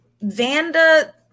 Vanda